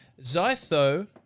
Zytho